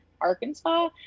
Arkansas